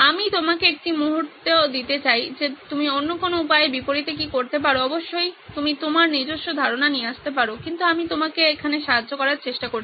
আমি আপনাকে একটি মুহূর্ত দিতে চাই যে আপনি অন্য কোন উপায়ে বিপরীতে কি করতে পারেন অবশ্যই আপনি আপনার নিজস্ব ধারণা নিয়ে আসতে পারেন কিন্তু আমি আপনাকে এখানে সাহায্য করার চেষ্টা করছি